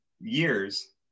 years